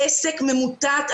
העסק ממוטט.